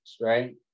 right